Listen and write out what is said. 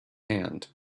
hand